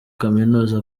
kaminuza